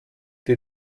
die